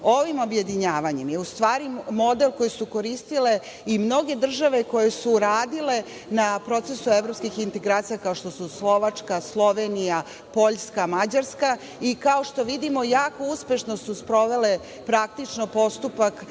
Ovim objedinjavanjem, je u stvari model koje su koristile i mnoge države koje su uradile na procesu evropskih integracija, kao što su Slovačka, Slovenija, Poljska, Mađarska i kao što vidimo, jako uspešno su sprovele postupak